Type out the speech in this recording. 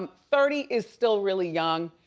um thirty is still really young,